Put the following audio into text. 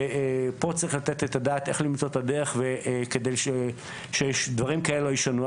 ופה צריך לתת את הדעת איך למצוא את הדרך כדי שדברים כאלה לא יישנו.